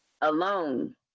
alone